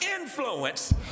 influence